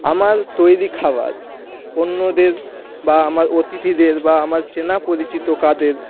আমার তৈরি খাবার অন্যদের বা আমার অতিথিদের বা আমার চেনা পরিচিত কাদের